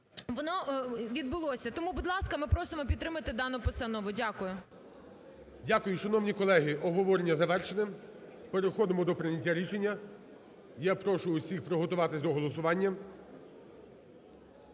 воно відбулося. Тому, будь ласка, ми просимо підтримати дану постанову. Дякую. ГОЛОВУЮЧИЙ. Дякую. Шановні колеги, обговорення завершене. Переходимо до прийняття рішення. Я прошу усіх приготуватися до голосування.